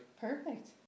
Perfect